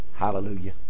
Hallelujah